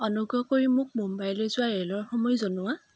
অনুগ্ৰহ কৰি মোক মুম্বাইলৈ যোৱা ৰে'লৰ সময় জনোৱা